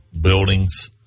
buildings